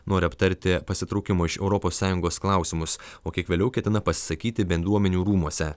nori aptarti pasitraukimo iš europos sąjungos klausimus o kiek vėliau ketina pasisakyti bendruomenių rūmuose